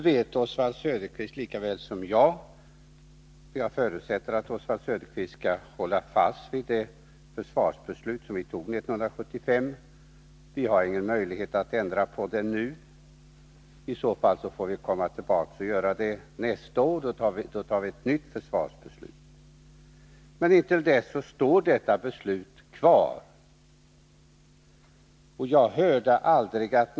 Jag förutsätter att Oswald Söderqvist håller fast vid det försvarsbeslut som fattades 1975. Oswald Söderqvist vet lika väl som jag att vi inte har någon möjlighet att ändra på det nu. Nästa år är det dags för ett nytt försvarsbeslut, men intill dess står beslutet från 1975 fast.